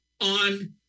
on